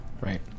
Right